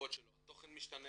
התוכן משתנה